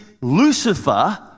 Lucifer